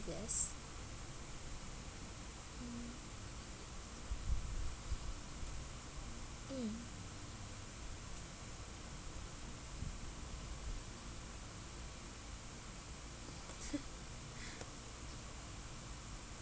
yes mm